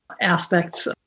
aspects